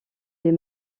les